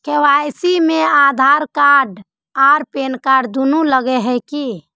KYC में Aadhaar card आर pan card दुनू लगे है की?